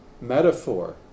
metaphor